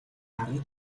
гарна